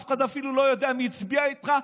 אף אחד אפילו לא יודע מי הצביע איתך,